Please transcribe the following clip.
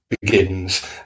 begins